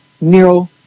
Nero